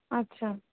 আচ্ছা